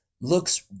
looks